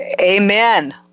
Amen